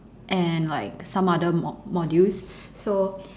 and like some other mod~ modules so